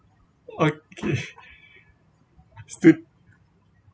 okay still